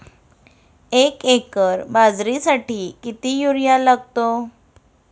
एक एकर बाजरीसाठी किती युरिया लागतो?